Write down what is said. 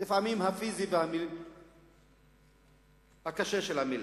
הפיזי הקשה של המלה.